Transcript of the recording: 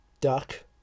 Duck